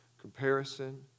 comparison